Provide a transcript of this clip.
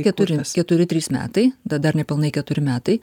keturi keturi trys metai bet dar nepilnai keturi metai